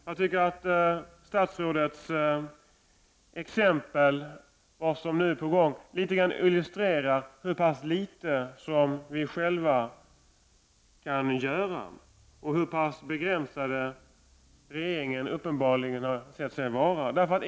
Jag tycker att statsrådets exempel på vad som nu är på gång litet grand illustrerar hur litet vi själva kan göra och hur begränsad regeringen uppenbarligen ansett sig vara.